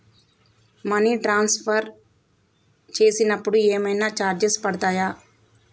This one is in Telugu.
మనీ ట్రాన్స్ఫర్ చేసినప్పుడు ఏమైనా చార్జెస్ పడతయా?